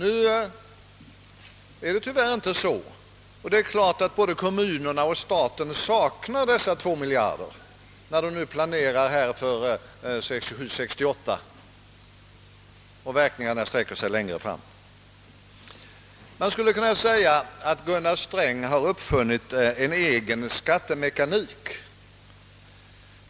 Tyvärr förhåller det sig inte så med vår produktionsökning. Det är klart att både kommunerna och staten saknar dessa 2 miljarder kronor vid planeringen och beskattningen för budgetåret 1967/68. Verkningarna sträcker sig även längre fram. Det skulle kunna sägas att Gunnar Sträng har uppfunnit en egen skattemekanik.